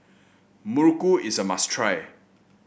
muruku is a must try